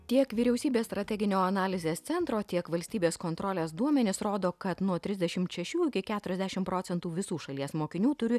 tiek vyriausybės strateginio analizės centro tiek valstybės kontrolės duomenys rodo kad nuo trisdešimt šešių iki keturiasdešimt procentų visų šalies mokinių turi